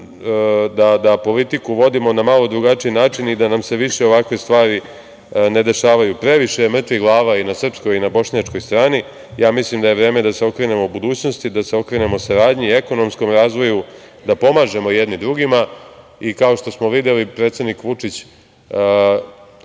da politiku vodimo na malo drugačiji način i da nam se više ovakve stvari ne dešavaju. Previše je mrtvih glava i na srpskoj i na bošnjačkoj strani. Mislim da je vreme da se okrenemo budućnosti, da se okrenemo saradnji, ekonomskom razvoju, da pomažemo jedni drugima i kao što smo videli predsednik Vučić